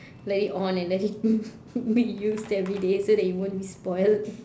let it on and let it move be used everyday so that it won't be spoilt